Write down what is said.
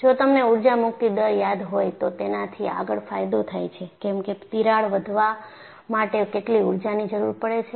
જો તમને ઊર્જા મુક્તિ દર યાદ હોય તો તેનાથી આગળ ફાયદો થાય છેકેમકે તિરાડ વધવા માટે કેટલી ઊર્જાની જરૂરી પડે છે